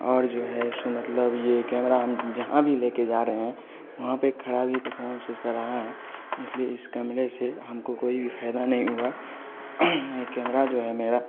और जो है इसका मतलब ये कैमरा हम जहाँ भी ले के जा रहे हैं वहाँ पर ख़राब महसूस कर रहे हैं इस लिए इस कमरे से हम को कोई भी फ़ायदा नहीं हुआ कैमरा मेरा जो है मेरा